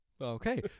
Okay